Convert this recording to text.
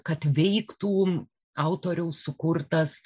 kad veiktų autoriaus sukurtas